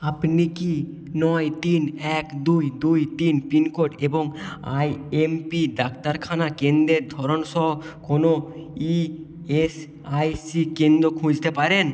আপনি কি নয় তিন এক দুই দুই তিন পিনকোড এবং আইএমপি ডাক্তারখানা কেন্দ্রের ধরন সহ কোনও ইএসআইসি কেন্দ্র খুঁজতে পারেন